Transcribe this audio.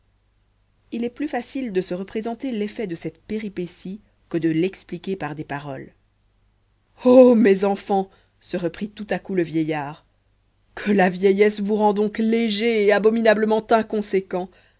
il est plus facile de se représenter l'effet de cette péripétie que de l'exprimer par des paroles ô mes enfants se reprit tout à coup le vieillard que la vieillesse vous rend donc léger et abominablement inconséquent